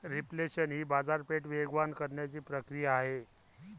reflation ही बाजारपेठ वेगवान करण्याची प्रक्रिया आहे